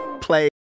Play